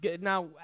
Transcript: now